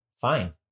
fine